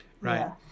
Right